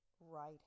Right